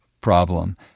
problem